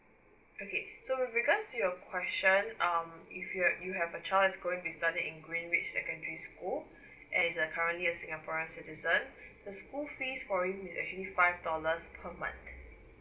okay so with regards your question um if you have you have a child is going to be study in greenwich secondary school and is uh currently a singaporean citizen the school fees for you is actually five dollars per month